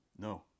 No